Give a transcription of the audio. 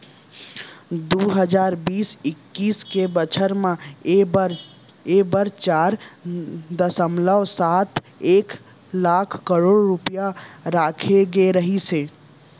दू हजार बीस इक्कीस के बछर म एकर बर चार दसमलव सात एक लाख करोड़ रूपया राखे गे रहिस